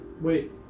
wait